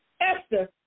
Esther